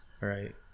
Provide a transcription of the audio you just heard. Right